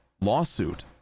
lawsuit